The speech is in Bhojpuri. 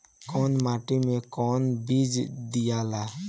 कौन माटी मे कौन बीज दियाला?